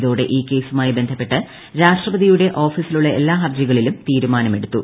ഇതോടെ ഈ കേസുമായി ബന്ധപ്പെട്ട് രാഷ്ട്രപതിയുടെ ഓഫീസിലുള്ള എല്ലാ ഹർജികളിലും തീരുമാനമെടുത്തു